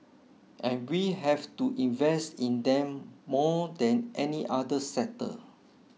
and we have to invest in them more than any other sector